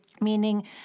meaning